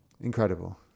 incredible